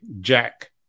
Jack